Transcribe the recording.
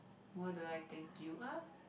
what do I think you are